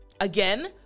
again